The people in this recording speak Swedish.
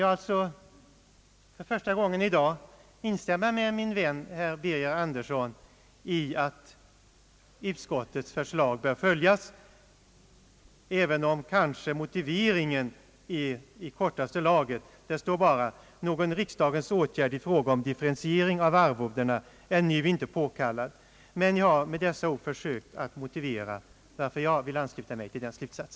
Jag kan sålunda för första gången i dag hålla med min vän herr Birger Andersson om att utskottets förslag bör följas även om motiveringen är i kortaste laget. Det står bara att någon riksdagens åtgärd i fråga om differentiering av arvodena nu inte är påkallad, men jag har med dessa ord försökt motivera varför jag vill ansluta mig till denna slutsats.